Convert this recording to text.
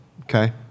Okay